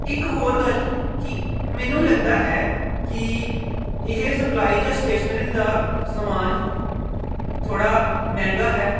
ਇੱਕ ਹੋਰ ਗੱਲ ਕਿ ਮੈਨੂੰ ਲੱਗਦਾ ਹੈ ਕਿ ਇਹ ਸਪਲਾਈ ਜਾਂ ਸਟੇਸ਼ਨਰੀ ਦਾ ਸਮਾਨ ਥੋੜ੍ਹਾ ਮਹਿੰਗਾ ਹੈ